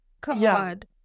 god